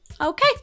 okay